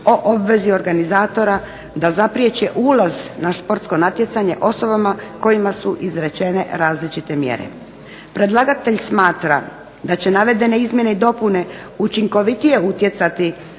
o obvezi organizatora da zapriječe ulaz na športsko natjecanje osobama kojima su izrečene različite mjere. Predlagatelj smatra da će navedene izmjene i dopune učinkovitije utjecati